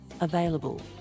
available